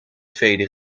tweede